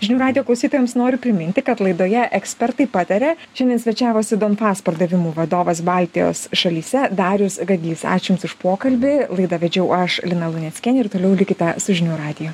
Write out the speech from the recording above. žinių radijo klausytojams noriu priminti kad laidoje ekspertai pataria šiandien svečiavosi donfas pardavimų vadovas baltijos šalyse darius gadys ačiū jums už pokalbį laidą vedžiau aš lina luneckienė ir toliau likite su žinių radiju